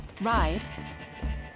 ride